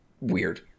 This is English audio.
weird